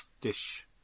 dish